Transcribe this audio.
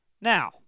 Now